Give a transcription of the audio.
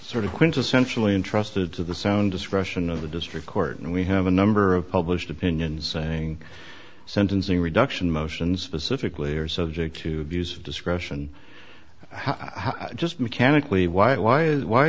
sort of quintessentially intrusted to the sound discretion of the district court and we have a number of published opinions saying sentencing reduction motions pacifically are subject to abuse of discretion how just mechanically why why